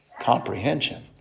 comprehension